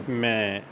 ਮੈਂ